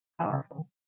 powerful